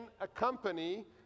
accompany